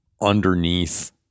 underneath